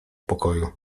pokoju